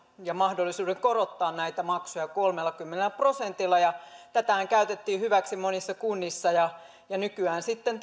ja mahdollisuuden korottaa näitä maksuja kolmellakymmenellä prosentilla ja tätähän käytettiin hyväksi monissa kunnissa nykyään sitten